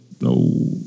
no